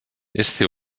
este